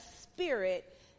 spirit